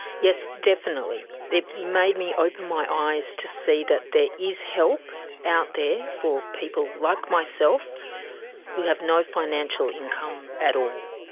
yes definitely, it made me open my eyes to see that there is help out there for people like myself who have no financial income at all.